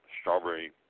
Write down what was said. strawberry